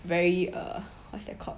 very err what's that called